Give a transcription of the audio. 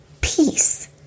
peace